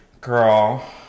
girl